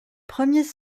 premiers